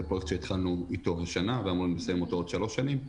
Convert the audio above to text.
פרויקט שהתחלנו איתו השנה ואנחנו אמורים לסיים אותו בעוד שלוש שנים,